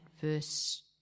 verse